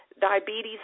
diabetes